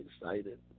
excited